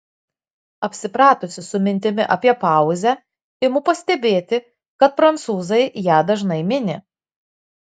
apsipratusi su mintimi apie pauzę imu pastebėti kad prancūzai ją dažnai mini